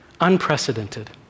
unprecedented